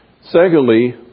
Secondly